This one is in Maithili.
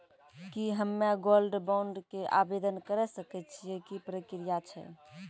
की हम्मय गोल्ड बॉन्ड के आवदेन करे सकय छियै, की प्रक्रिया छै?